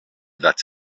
that